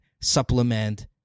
supplement